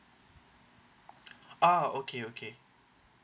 ah okay okay